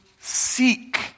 seek